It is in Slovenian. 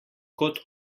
kot